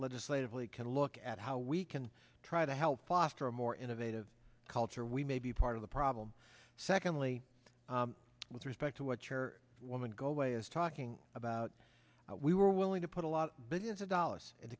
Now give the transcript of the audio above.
legislatively can look at how we can try to help foster a more innovative culture we may be part of the problem secondly with respect to what your woman go away is talking about we were willing to put a lot billions of dollars in